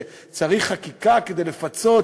שצריך חקיקה כדי לפצות,